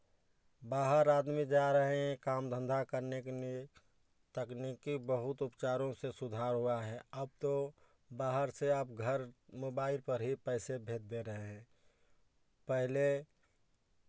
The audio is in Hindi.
बाहर आदमी जा रहे हैं काम धंधा करने के लिये तकनिकी बहुत उपचारों से सुधार हुआ है अब तो बाहर से आप घर मोबाइल पर ही पैसे भेज दे रहे हैं पहले